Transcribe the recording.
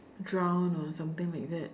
drown or something like that